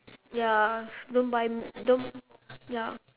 ya don't buy don't ya